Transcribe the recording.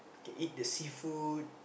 we can eat the seafood